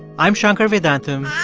i'm shankar vedantam